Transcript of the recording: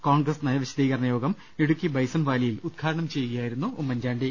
കോൺഗ്രസ് നയവിശദീകരണയോഗം ഇടുക്കി ബൈസൺവാലിയിൽ ഉദ്ഘാടനം ചെയ്യുകയായിരുന്നു അദ്ദേഹം